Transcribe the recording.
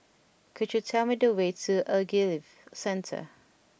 could you tell me the way to The Ogilvy Centre